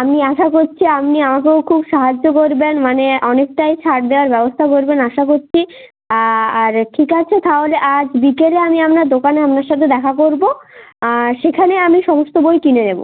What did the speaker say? আমি আশা করছি আপনি আমাকেও খুব সাহায্য করবেন মানে অনেকটাই ছাড় দেওয়ার ব্যবস্থা করবেন আশা করছি আর ঠিক আছে তাহলে আজ বিকেলে আমি আপনার দোকানে আপনার সাথে দেখা করব সেখানে আমি সমস্ত বই কিনে নেব